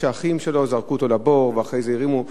איך האחים שלו זרקו אותו לבור ואחרי זה הרימו,